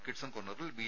കിഡ്സൺ കോർണറിൽ ബി